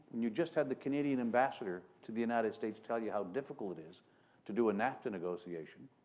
and you just had the canadian ambassador to the united states tell you how difficult it is to do a nafta negotiation.